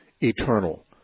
eternal